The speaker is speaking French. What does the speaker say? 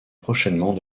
prochainement